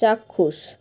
চাক্ষুষ